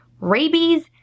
rabies